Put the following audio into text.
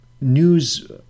news